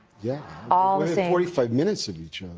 yeah ah within forty five minutes of each and